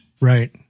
right